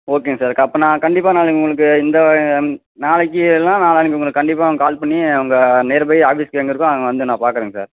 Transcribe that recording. ஓகேங்க சார் க அப்போநான் கண்டிப்பாக நான் உங்களுக்கு இந்த ம் நாளைக்கு இல்லைன்னா நாளான்னக்கு உங்களுக்கு கண்டிப்பாக நான் கால் பண்ணி உங்கள் நியர்பை ஆஃபீஸ் எங்கே இருக்கோ அங்கே வந்து நான் பார்க்கறேங்க சார்